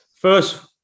First